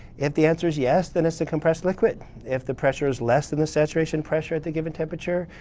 if the answer's yes, then it's a compressed liquid. if the pressure is less than the saturation pressure at the given temperature,